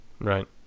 Right